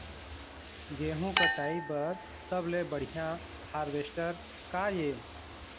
गेहूं कटाई बर सबले बढ़िया हारवेस्टर का ये?